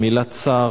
המלה צר,